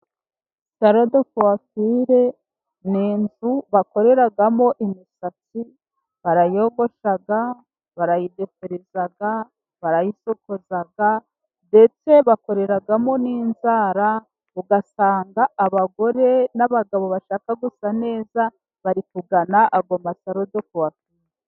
Saro dekwafire ni inzu bakoreramo imisatsi barayogosha, barayidefiriza, barayisokoza, ndetse bakoreramo n'inzara. Ugasanga abagore n'abagabo bashaka gusa neza, bari kugana ayo ma Saro dekwafire.